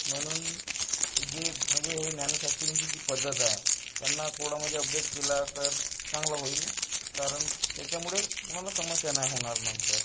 म्हणून जे म्हणजे हे मॅन्युफॅक्चरिंगची जी पद्धत आहे त्यांना थोडं म्हणजे अपडेट केला तर चांगलं होईल कारण त्याच्यामुळे कुणाला समस्या नाही होणार नंतर